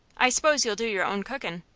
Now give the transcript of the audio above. i s'pose you'll do your own cookin'?